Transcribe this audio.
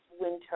winter